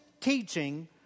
teaching